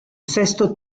sesto